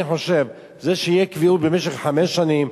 זה שיהיה קביעות במשך חמש שנים,